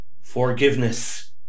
forgiveness